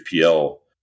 PL